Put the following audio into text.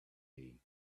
day